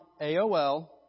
AOL